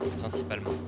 principalement